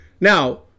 Now